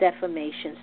defamation